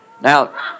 Now